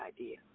idea